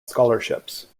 scholarships